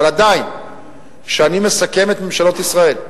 אבל עדיין, כשאני מסכם את ממשלות ישראל,